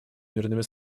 мирными